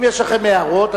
אם יש לכם הערות,